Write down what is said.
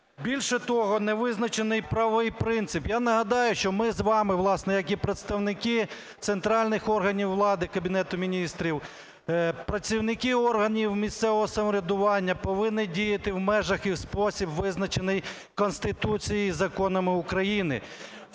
Більше того, не визначений правовий принцип. Я нагадаю, що ми з вами, власне, як і представники центральних органів влади, Кабінету Міністрів, працівники органів місцевого самоврядування, повинні діяти в межах і в спосіб, визначений Конституцією і законами України.